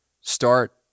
start